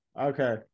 okay